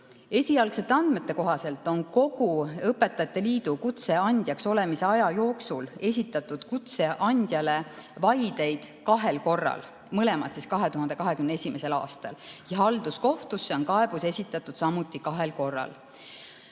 Esialgsete andmete kohaselt on kogu õpetajate liidu kutseandjaks olemise aja jooksul esitatud kutseandjale vaideid kahel korral, mõlemad 2021. aastal. Halduskohtusse on kaebus esitatud samuti kahel korral.